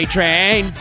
Train